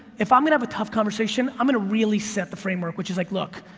if i'm gonna have a tough conversation, i'm gonna really set the framework, which is like, look,